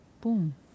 Boom